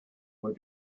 were